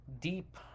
deep